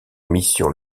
mission